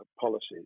policies